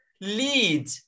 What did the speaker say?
lead